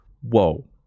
Whoa